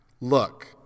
look